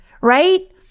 right